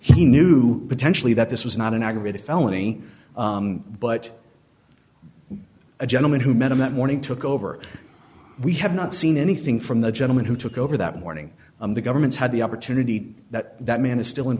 he knew potentially that this was not an aggravated felony but a gentleman who met him that morning took over we have not seen anything from the gentleman who took over that morning the government's had the opportunity that that man is still in